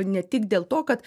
ne tik dėl to kad